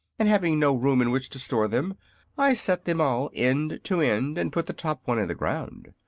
and having no room in which to store them i set them all end to end and put the top one in the ground.